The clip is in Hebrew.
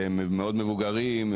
שהם מאוד מבוגרים,